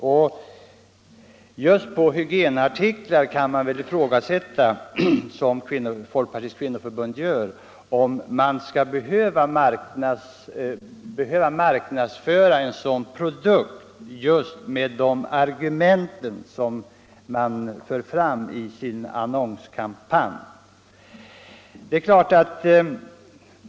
Just när det gäller hygienartiklar kan man väl ifrågasätta, som Folkpartiets kvinnoförbund gör, om artiklarna skall behöva marknadsföras med de argument som företaget för fram i sin annonskampanj.